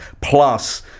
Plus